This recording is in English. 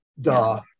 Duh